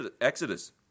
Exodus